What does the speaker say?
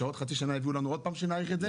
שבעוד חצי שנה יביאו לנו עוד פעם בקשה שנאריך את זה,